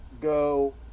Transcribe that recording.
go